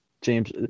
James